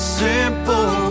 simple